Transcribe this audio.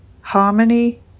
harmony